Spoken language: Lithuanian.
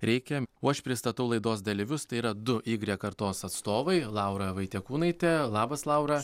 reikia o aš pristatau laidos dalyvius tai yra du igrek kartos atstovai laura vaitiekūnaitė labas laura